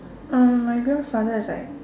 mm my grandfather is like